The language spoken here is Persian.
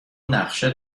نقشه